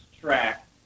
track